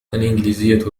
الإنجليزية